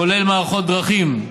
כולל מערכות דרכים,